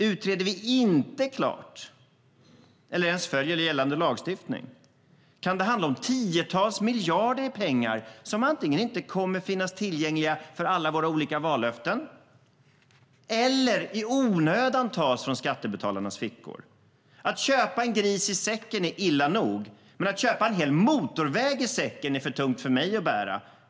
Om vi inte utreder klart eller ens följer gällande lagstiftning kan det handla om tiotals miljarder som antingen inte kommer att finnas tillgängliga för alla våra olika vallöften eller som i onödan tas från skattebetalarnas fickor. Att köpa en gris i säcken är illa nog, men att köpa en hel motorväg i säcken är för tungt för mig att bära.